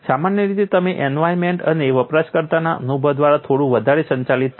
સામાન્ય રીતે તે એન્વાયરનમેન્ટ અને વપરાશકર્તાના અનુભવ દ્વારા થોડું વધારે સંચાલિત થાય છે